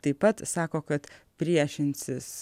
taip pat sako kad priešinsis